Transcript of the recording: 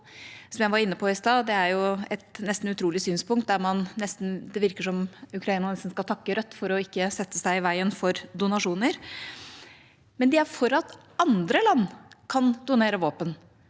Som jeg var inne på i stad, er det et nesten utrolig synspunkt, der det virker som om Ukraina nesten skal takke Rødt for ikke å stille seg i veien for donasjoner. Men de er for at andre land kan donere våpen,